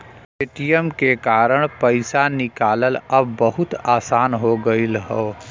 ATM के कारन पइसा निकालना अब बहुत आसान हो गयल हौ